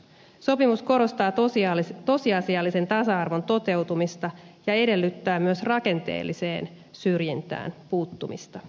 sopimus korostaa tosiasiallisen tasa arvon toteutumista ja edellyttää myös rakenteelliseen syrjintään puuttumista